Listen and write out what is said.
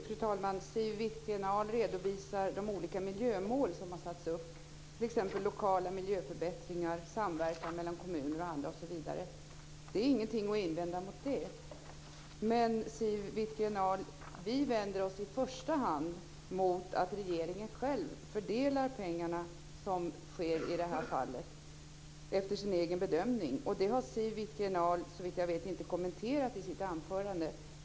Fru talman! Siw Wittgren-Ahl redovisar de olika miljömål som har satts upp, t.ex. lokala miljöförbättringar och samverkan mellan kommuner och andra. Det finns ingenting att invända mot det. Men, Siw Wittgren-Ahl, vi vänder oss i första hand mot att regeringen själv, så som sker i det här fallet, fördelar pengarna efter sin egen bedömning. Det har Siw Wittgren-Ahl, så vitt jag vet, inte kommenterat i sitt anförande.